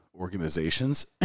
Organizations